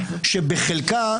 שבחלקה,